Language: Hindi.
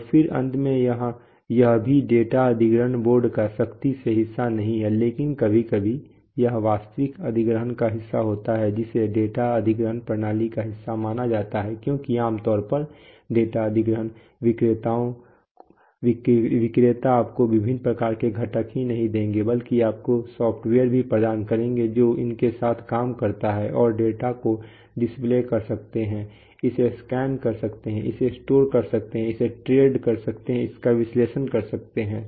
और फिर अंत में यह भी डेटा अधिग्रहण बोर्ड का सख्ती से हिस्सा नहीं है लेकिन कभी कभी यह वास्तविक अधिग्रहण का हिस्सा होता है जिसे डेटा अधिग्रहण प्रणाली का हिस्सा माना जाता है क्योंकि आम तौर पर डेटा अधिग्रहण विक्रेता आपको विभिन्न प्रकार के घटक ही नहीं देंगे बल्कि आपको सॉफ्टवेयर भी प्रदान करेंगे जो इनके साथ काम करता हैऔर डाटा को डिस्प्ले कर सकते हैं इसे स्कैन कर सकते हैं इसे स्टोर कर सकते हैं इसे ट्रेंड कर सकते हैं इसका विश्लेषण कर सकते हैं